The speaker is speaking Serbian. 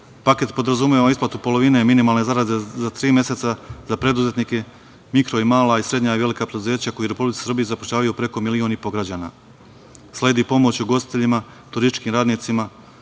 evra. Paket podrazumeva isplatu polovine minimalne zarade za tri meseca za preduzetnike, mikro i mala i srednja i velika preduzeća koja u Republici Srbiji zapošljavaju preko 1,5 miliona građana. Sledi pomoć ugostiteljima, turističkim radnicima,